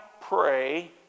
pray